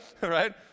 right